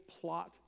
plot